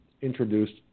Introduced